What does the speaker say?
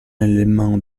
éléments